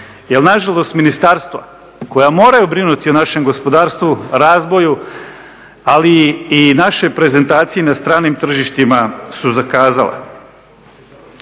jer nažalost ministarstva koja moraju brinuti o našem gospodarstvu, razvoju ali i našoj prezentaciji na stranim tržištima su zakazala.